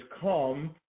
come